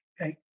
Okay